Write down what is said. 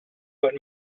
what